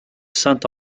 saint